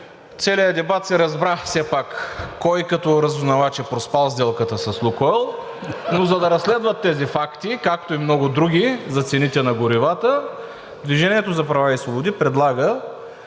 целия дебат се разбра все пак кой като разузнавач е проспал сделката с „Лукойл“, но за да разследват тези факти, както и много други – за цените на горивата, „Движение за права и свободи“ предлага